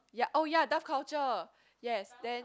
ya oh ya Daf Culture yes then